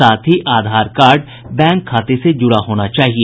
साथ ही Aadhaar card bank खाते से जुड़ा होना चाहिए